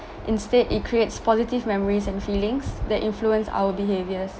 instead it creates positive memories and feelings that influence our behaviors